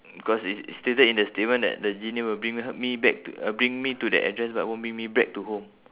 because it's it's stated in the statement that the genie will bring h~ me back t~ uh bring me to that address but won't bring me back to home